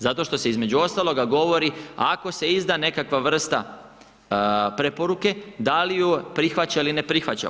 Zato što se između ostalog, govori, ako se izda nekakva vrsta preporuke, da li ju prihvaća ili ne prihvaća.